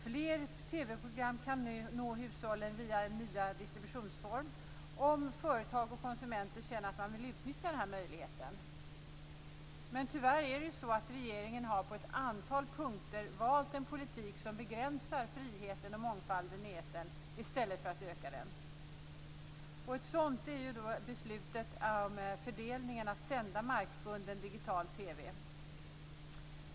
Fler TV-program kan nu nå hushållen via den nya distributionsformen om företag och konsumenter känner att man vill utnyttja den möjligheten Tyvärr har regeringen på ett antal punkter valt en politik som begränsar friheten och mångfalden i etern i stället för att öka den. Ett sådant beslut är det om fördelningen för att sända markbunden digital TV.